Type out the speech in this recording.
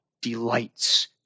delights